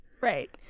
right